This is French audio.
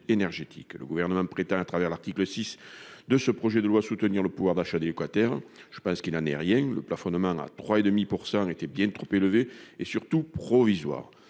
Le Gouvernement prétend, à travers l'article 6 de ce projet de loi, soutenir le pouvoir d'achat des locataires. Je pense qu'il n'en est rien. Le plafonnement à 3,5 % était bien trop élevé et surtout provisoire.